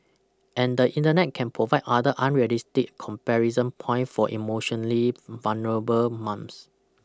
and the Internet can provide other unrealistic comparison points for emotionally vulnerable Mums